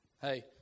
hey